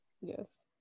Yes